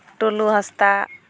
ᱴᱩᱞᱩ ᱦᱟᱸᱥᱫᱟ